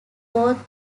both